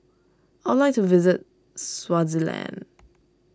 I would like to visit Swaziland